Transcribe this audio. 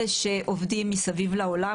אלה שעובדים מסביב לעולם,